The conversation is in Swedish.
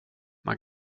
man